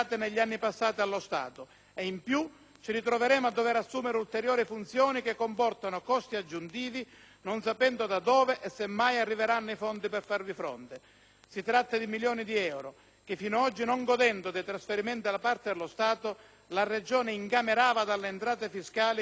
ci ritroveremo a dover assumere ulteriori funzioni che comportano costi aggiuntivi, non sapendo da dove e se mai arriveranno i fondi per farvi fronte. Si tratta di milioni di euro, che fino ad oggi, non godendo di trasferimenti da parte dello Stato, la Regione incamerava dalle entrate fiscali che ora il Governo annuncia di voler tagliare.